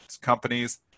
companies